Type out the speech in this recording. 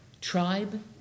tribe